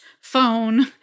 phone